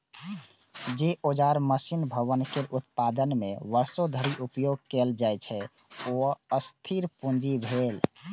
जे औजार, मशीन, भवन केर उत्पादन मे वर्षों धरि उपयोग कैल जाइ छै, ओ स्थिर पूंजी भेलै